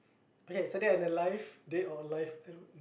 okay so dead and alive dead or alive I don't